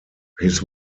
his